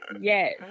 Yes